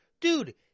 Dude